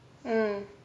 mm